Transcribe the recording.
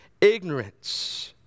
ignorance